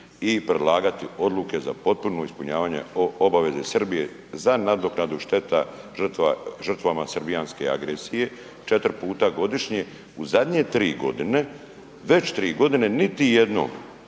i predlagati odluke za potpuno ispunjavanje obaveze Srbije za nadoknadu šteta žrtvama srbijanske agresije 4 puta godišnje. U zadnje 3 godine, već 3 godine niti jednom